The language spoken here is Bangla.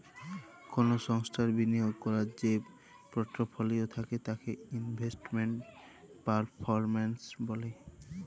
কল সংস্থার বিলিয়গ ক্যরার যে পরটফলিও থ্যাকে তাকে ইলভেস্টমেল্ট পারফরম্যালস ব্যলে